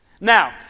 Now